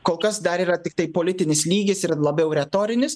kol kas dar yra tiktai politinis lygis ir labiau retorinis